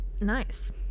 Nice